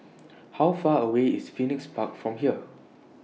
How Far away IS Phoenix Park from here